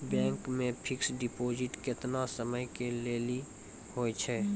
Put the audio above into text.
Bank मे fixed deposit केतना समय के लेली होय छै?